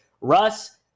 Russ